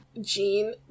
Jean